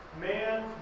Man